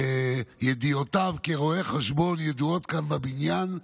שידיעותיו כרואה חשבון ידועות כאן בבניין,